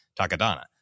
Takadana